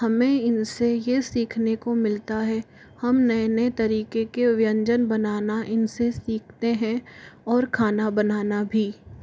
हमें इनसे यह सीखने को मिलता है हम नए नए तरीके के व्यंजन बनाना इनसे सीखते हैं और खाना बनाना भी